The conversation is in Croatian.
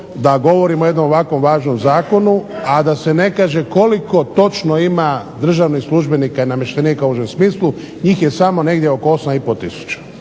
da govorimo o jednom ovako važnom Zakonu a da se ne kaže koliko točno ima državnih službenika i namještenika u užem smislu, njih je samo negdje oko 8 i pol tisuća.